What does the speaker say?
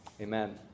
Amen